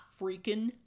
freaking